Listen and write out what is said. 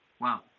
Wow